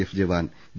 F jawan V